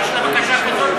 שיש לה בקשה כזאת,